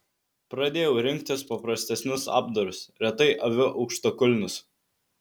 pradėjau rinktis paprastesnius apdarus retai aviu aukštakulnius